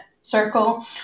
circle